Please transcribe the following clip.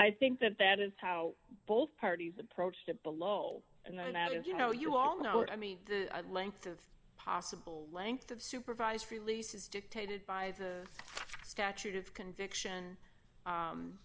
i think that that is how both parties approached it below and that is you know you all know i mean the length of a possible length of supervised release is dictated by the statute it's conviction